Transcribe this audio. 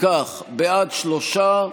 אם כך, בעד, שלושה,